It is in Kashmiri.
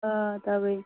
آ تَوے